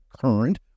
current